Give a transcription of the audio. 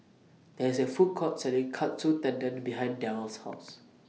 There IS A Food Court Selling Katsu Tendon behind Darl's House